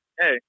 hey